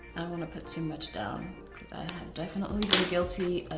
wanna put too much down. cause i have definitely been guilty of